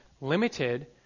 limited